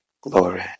glory